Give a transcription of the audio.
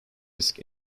risk